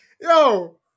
Yo